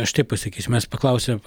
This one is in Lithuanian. aš taip pasakysiu mes paklausėm